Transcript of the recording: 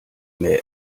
mir